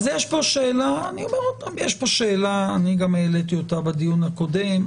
אז יש פה שאלה שאני גם העליתי אותה בדיון הקודם,